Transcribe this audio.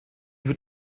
wird